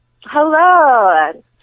Hello